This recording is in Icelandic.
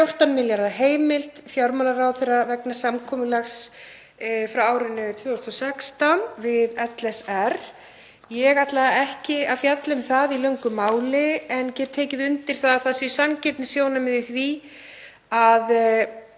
14 milljarða heimild fjármálaráðherra vegna samkomulags frá árinu 2016 við LSR. Ég ætla ekki að fjalla um það í löngu máli en get tekið undir að það sé sanngirnissjónarmið í því að